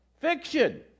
fiction